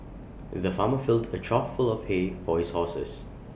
the farmer filled A trough full of hay for his horses